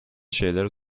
şeyler